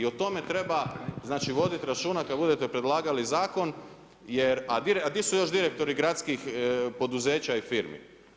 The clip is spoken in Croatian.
I o tome treba znači voditi računa kada budete predlagali zakon jer, a gdje su još direktori gradskih poduzeća i firmi?